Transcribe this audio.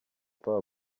pas